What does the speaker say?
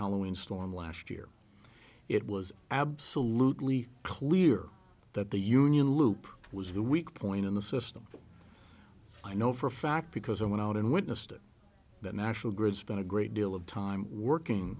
halloween storm last year it was absolutely clear that the union loop was the weak point in the system i know for a fact because i went out and witnessed it the national grid spent a great deal of time working